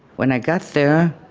when i got there,